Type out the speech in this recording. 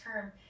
term